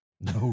No